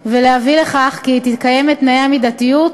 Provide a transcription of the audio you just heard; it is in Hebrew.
ולהביא לכך שיתקיימו תנאי המידתיות.